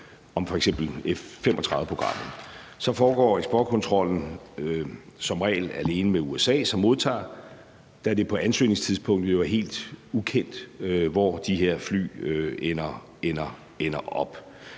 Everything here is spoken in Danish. om f.eks. F-35-programmet, foregår eksportkontrollen som regel alene med USA som modtager, da det på ansøgningstidspunktet jo er helt ukendt, hvor de her fly ender op.